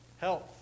health